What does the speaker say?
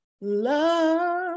love